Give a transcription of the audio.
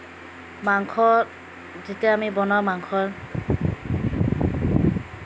মাংস যেতিয়া আমি বনাওঁ মাংস